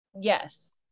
yes